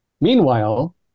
meanwhile